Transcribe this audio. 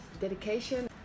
dedication